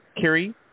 Kerry